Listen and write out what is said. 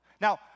Now